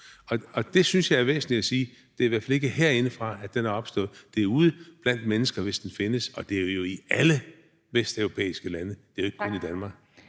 Det synes jeg er væsentligt at sige. Det er i hvert fald ikke herindefra, at den er opstået, men ude blandt mennesker, hvis den findes. Og det er i alle de europæiske lande, det er jo ikke kun i Danmark.